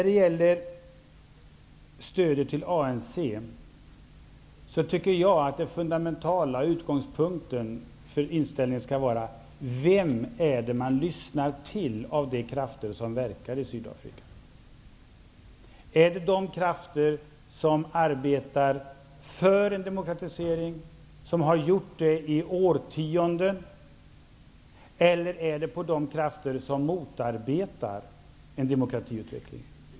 Jag tycker att utgångspunkten och det fundamentala för inställningen till stödet till ANC skall vara frågan vilken av de krafter som verkar i Sydafrika man lyssnar till. Är det de krafter som i årtionden har arbetat för en demokratisering eller är det de krafter som motarbetar en demokratiutveckling?